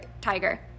tiger